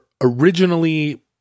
originally